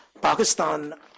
Pakistan